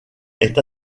est